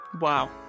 wow